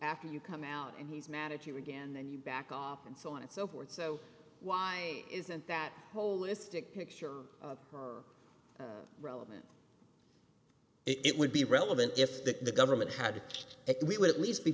after you come out and he's mad at you again then you back off and so on and so forth so why isn't that holistic picture relevant it would be relevant if the government had to test it we would at least be